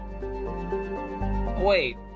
wait